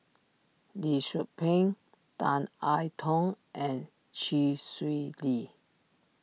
Lee Tzu Pheng Tan I Tong and Chee Swee Lee